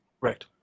Right